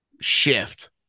shift